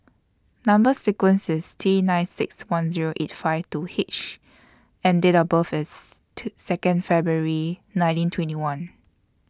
Number sequence IS T nine six one Zero eight five two H and Date of birth IS two Second February nineteen twenty one